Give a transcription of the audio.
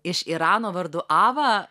iš irano vardu ava